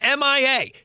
MIA